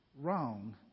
wrong